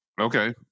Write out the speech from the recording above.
Okay